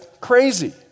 crazy